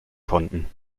konnten